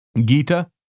Gita